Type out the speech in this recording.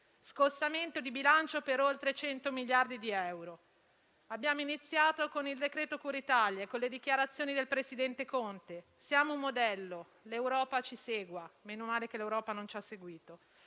Scostamento di bilancio per oltre 100 miliardi di euro. Abbiamo iniziato con il decreto cura Italia e con le dichiarazioni del presidente Conte: siamo un modello. L'Europa ci segua. Meno male che l'Europa non ci ha seguito.